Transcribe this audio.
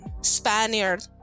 Spaniard